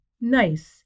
nice